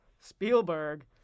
Spielberg